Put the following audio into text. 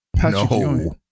No